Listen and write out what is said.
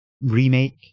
remake